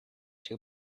two